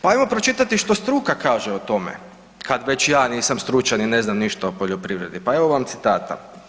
Pa ajmo pročitati što struka kaže o tome kad već ja nisam stručan i ne znam ništa o poljoprivredi, pa evo vam citata.